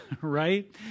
right